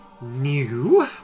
new